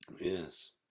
yes